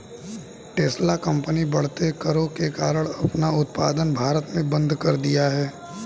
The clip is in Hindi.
टेस्ला कंपनी बढ़ते करों के कारण अपना उत्पादन भारत में बंद कर दिया हैं